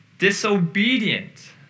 disobedient